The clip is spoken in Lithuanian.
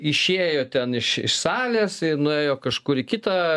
išėjo ten iš iš salės ir nuėjo kažkur į kitą